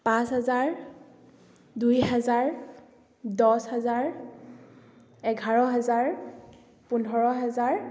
পাঁচ হাজাৰ দুই হাজাৰ দহ হাজাৰ এঘাৰ হাজাৰ পোন্ধৰ হাজাৰ